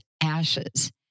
ashes